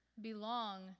belong